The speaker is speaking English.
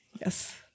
Yes